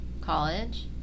college